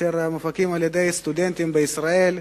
אשר מופקים על-ידי סטודנטים בישראל.